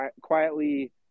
quietly